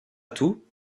tout